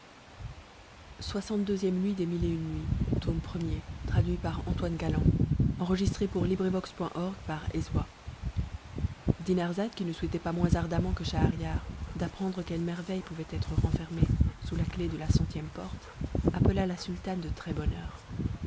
nuit dinarzade qui ne souhaitait pas moins ardemment que schahriar d'apprendre quelles merveilles pouvaient être renfermées sous la clef de la centième porte appela la sultane de